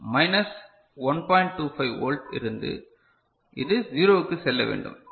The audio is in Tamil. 25 வோல்ட் இருந்து இது 0 க்கு செல்ல வேண்டும்